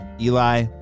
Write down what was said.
Eli